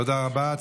תודה רבה.